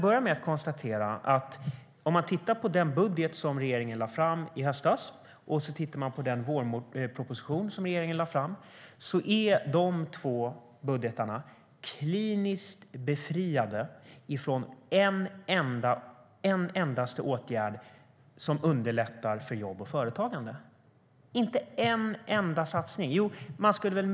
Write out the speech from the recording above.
Om man tittar på den budget som regeringen lade fram i höstas och den vårproposition som regeringen lade fram så är dessa två budgetar kliniskt befriade från en endaste åtgärd som underlättar för jobb och företagande. Det finns inte en enda sådan satsning.